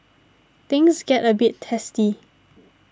things get a bit testy